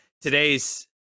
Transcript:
today's